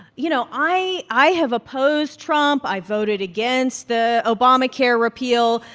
you know, i i have opposed trump. i voted against the obamacare repeal.